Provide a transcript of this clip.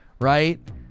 right